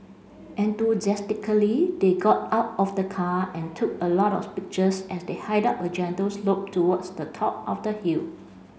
enthusiastically they got out of the car and took a lot of pictures as they hiked up a gentle slope towards the top of the hill